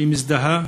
שמזדהה